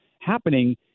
happening